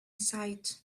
sight